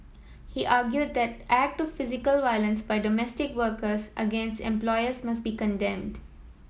he argued that act of physical violence by domestic workers against employers must be condemned